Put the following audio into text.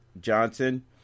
Johnson